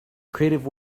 creative